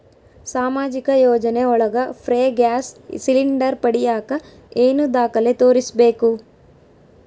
ಸಾಮಾಜಿಕ ಯೋಜನೆ ಒಳಗ ಫ್ರೇ ಗ್ಯಾಸ್ ಸಿಲಿಂಡರ್ ಪಡಿಯಾಕ ಏನು ದಾಖಲೆ ತೋರಿಸ್ಬೇಕು?